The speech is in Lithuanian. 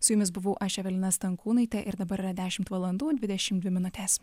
su jumis buvau aš evelina stankūnaitė ir dabar yra dešimt valandų dvidešimt dvi minutės